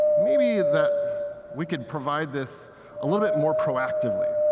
maybe that we could provide this a little bit more proactively,